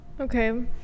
Okay